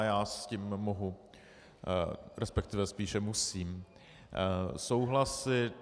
Já s tím mohu, resp. spíše musím souhlasit.